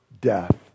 death